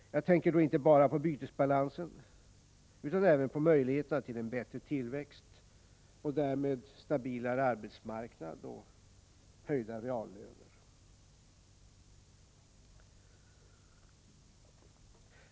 Jag tänker då inte bara på bytesbalansen, utan även på möjligheterna till en bättre tillväxt och därmed stabilare arbetsmarknad och höjda reallöner.